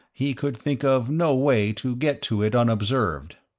he could think of no way to get to it unobserved.